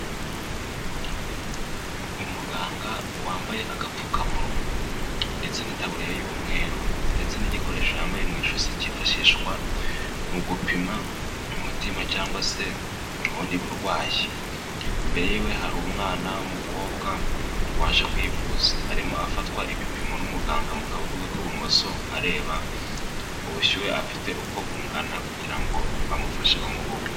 Umuganga wambaye agapfukamunwa ndetse n'itaburiya y'umweru ndetse n'igikoresho yambaye mu ijosi cyifashishwa mu gupima umutima cyangwa se ubundi burwayi, imbere y'iwe hari umwana w'umukobwa waje kwivuza, arimo afatwa ibipimo n'umuganga mu kaboko ke k'ibumoso areba ubushyuhe afite uko bungana kugira ngo bamufashe bamuhe ubuvuzi.